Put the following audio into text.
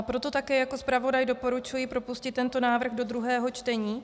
Proto také jako zpravodaj doporučuji propustit tento návrh do druhého čtení.